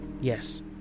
Yes